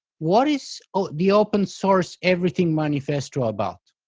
what is the open source everything manifesto about?